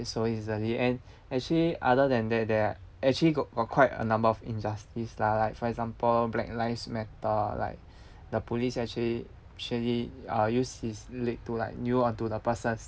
so easily and actually other than that there actually got uh quite a number of injustice lah like for example black lives matter like the police actually actually uh use his knee to like kneel onto the person's